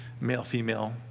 male-female